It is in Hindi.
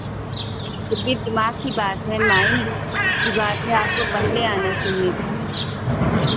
फिर भी दिमाग की बात है माइंड की बात है आपको पहले आना चाहिए था